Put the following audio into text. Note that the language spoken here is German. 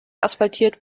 asphaltiert